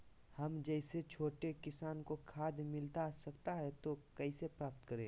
हम जैसे छोटे किसान को खाद मिलता सकता है तो कैसे प्राप्त करें?